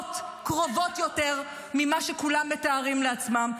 שהבחירות קרובות יותר ממה שכולם מתארים לעצמם,